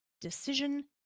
decision